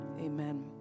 Amen